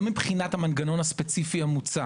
לא מבחינת המנגנון הספציפי המוצע